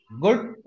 good